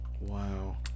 Wow